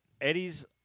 Eddie's